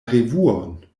revuon